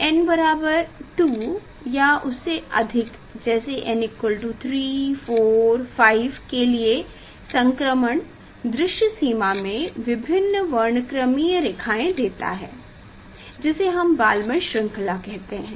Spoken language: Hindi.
n2 या उससे अधिक जैसे n3n4 n5 के लिए संक्रमण दृश्य सीमा में विभिन्न वर्णक्रमीय रेखाएं देता है जिसे हम बालमर श्रृंखला बताते हैं